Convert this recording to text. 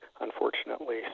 unfortunately